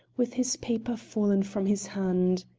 with his paper fallen from his hand.